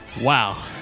wow